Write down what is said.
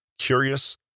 curious